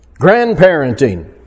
Grandparenting